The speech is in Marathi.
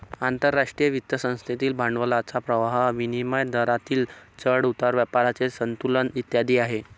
आंतरराष्ट्रीय वित्त संस्थेतील भांडवलाचा प्रवाह, विनिमय दरातील चढ उतार, व्यापाराचे संतुलन इत्यादी आहे